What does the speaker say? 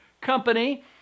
company